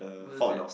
was it